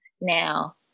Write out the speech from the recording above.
Now